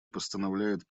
постановляет